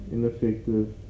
Ineffective